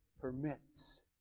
permits